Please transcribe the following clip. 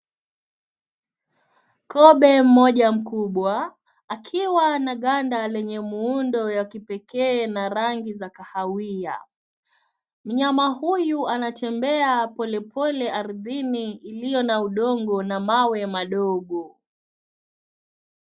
Kobe mmoja mkubwa, akiwa na ganda lenye muundo ya kipekee na rangi za kahawia. Mnyama huyu anatembea polepole ardhini iliyo na udongo na mawe madogo.